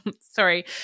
sorry